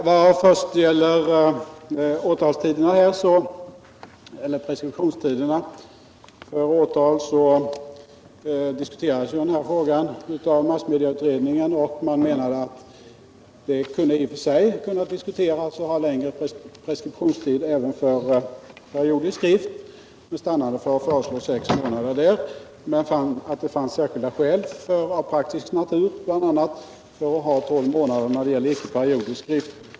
Herr talman! Vad först gäller preskriptionstiderna för åtal, så diskuterades frågan i massmedieutredningen. Man menade att det i och för sig kunde ha diskuterats en längre preskriptionstid även för periodisk skrift, men man stannade för att föreslå sex månader. Man fann dock att det fanns särskilda skäl, bl.a. av praktisk natur, för att ha tolv månader för icke periodisk skrift.